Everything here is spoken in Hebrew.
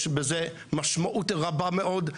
יש בזה משמעות רבה מאוד.